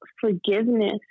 forgiveness